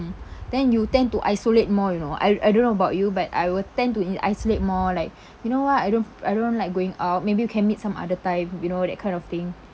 then you tend to isolate more you know I I don't know about you but I will tend to isolate more like you know what I don't I don't like going out maybe we can meet some other time you know that kind of thing